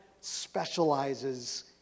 specializes